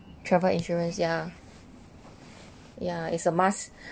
travel insurance ya ya is a must